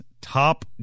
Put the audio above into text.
Top